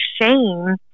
shame